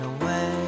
away